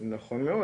נכון מאוד.